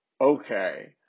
Okay